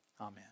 Amen